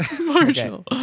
Marshall